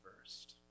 first